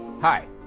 Hi